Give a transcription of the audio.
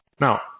Now